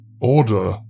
Order